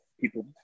people